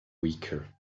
weaker